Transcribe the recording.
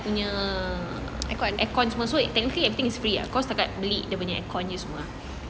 punya aircon semua so technically everything is free ah kau setakat beli dia punya aircon ni semua ah